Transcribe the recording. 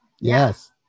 Yes